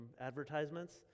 advertisements